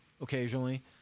occasionally